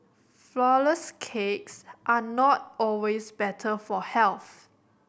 flourless cakes are not always better for health